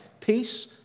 peace